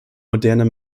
moderner